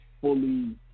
fully